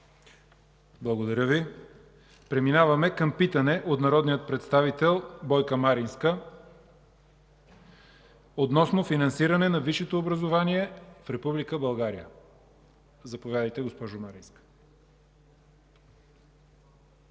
Благодаря Ви. Преминаваме към питане от народния представител Бойка Маринска относно финансиране на висшето образование в Република България. Заповядайте, госпожо Маринска.